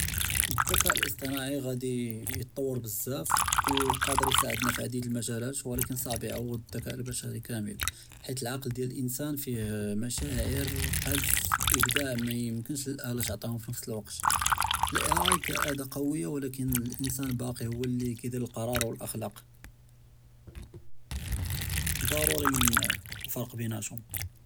אֶלְזְכָּא אֶלְאִסְטִנְעַאי גַּאדִי יְטַוֵּר בְּזַאף וְאוֹ כַּאדֵר יְעַוֵּנַא פִּי עַדִיד אֶלְמַגָאלַאת וּלָקִין צַעְבּ יְעוֹבֶּד אֶלְזְכָּא אֶלְבַּשَرִי כָּאמֵל חֵית אֶלְעַקְל דִּיַאל אֶלְאִנְסָאן פִּיה מַשָּׁاعִיר אה חֶדֶס אִבְדָاع מַא יְמוּכֶּש לֶאֶלָה תְּעַטִּיְהֶם בִּנְפְס אֶלְוַקְת, אֶל־A.I כְּאֻדָה כּוֹוִיָּה וּלָקִין אֶלְאִנְסָאן בַּאקִי הוּוּא לִי כַּאִידִיר אֶלְקַרָאר וְאֶלְאַخְלָאק אה דַרּוּרִי מַפְרֶק בֵּיןַתְהֶם.